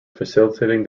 facilitating